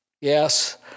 Yes